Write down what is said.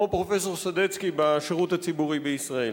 כמו פרופסור סדצקי בשירות הציבורי בישראל.